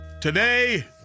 Today